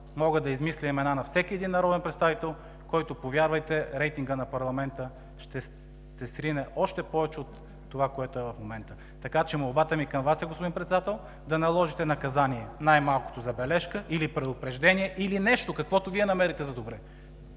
мога да измисля имена на всеки един представител, с което, повярвайте, рейтингът на парламента ще се срине още повече от това, което е в момента. Така че молбата ми към Вас, господин Председател, е да наложите наказание, най-малкото „забележка“ или „предупреждение“, или нещо каквото Вие намерите за добре.